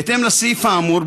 בהתאם לסעיף האמור,